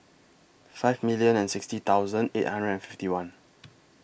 five million and sixty thousand eight hundred and fifty one